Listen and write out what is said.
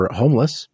homeless